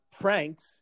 pranks